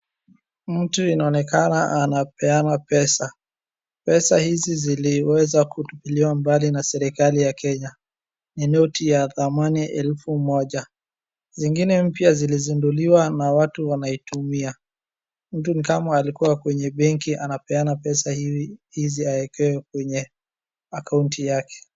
Mtu inaonekana anapeana pesa, oesa hizi ziliweza kutupiliwa mbali na serikali ya Kenya. Ni noti ya thamani elfu moja, zingine mpya zilizinduliwa na watu wanaitumia. Mtu ni kama alikuwa kwenye benki anapeana pesa hizi awekewe kwenye accounti yake.